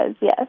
yes